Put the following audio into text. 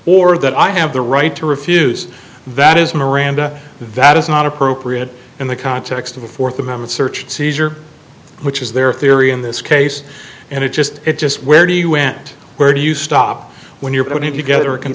or that i have the right to refuse that is miranda that is not appropriate in the context of the fourth amendment search and seizure which is their theory in this case and it just it just where do you went where do you stop when you're putting together